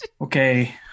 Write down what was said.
okay